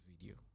video